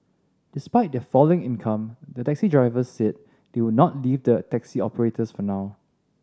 despite their falling income the taxi drivers said they would not leave the taxi operators for now